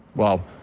well,